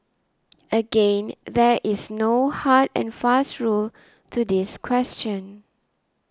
again there is no hard and fast rule to this question